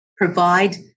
provide